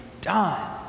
done